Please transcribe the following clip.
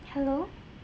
hello